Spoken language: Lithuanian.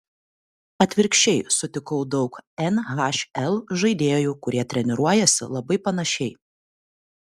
atvirkščiai sutikau daug nhl žaidėjų kurie treniruojasi labai panašiai